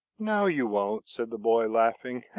no, you won't, said the boy laughing.